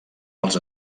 els